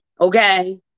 Okay